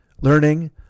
learning